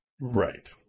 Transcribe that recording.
Right